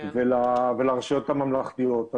לרשויות הממלכתיות.